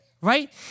right